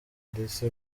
ndetse